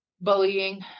Bullying